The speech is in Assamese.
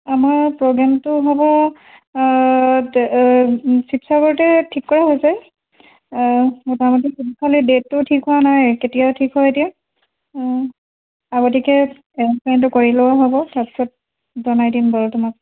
আমাৰ প্ৰগেমটো হ'ব শিৱসাগৰতে ঠিক কৰা হৈছে মুটামুটি খালী ডেটটো ঠিক হোৱা নাই কেতিয়া ঠিক হয় এতিয়া আগতীয়াকৈ এনাউচমেন্টটো কৰি লোৱা হ'ব তাৰ পিছত জনাই দিম বাৰু তোমাক